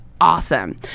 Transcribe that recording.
awesome